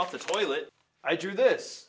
off the toilet i do this